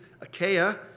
Achaia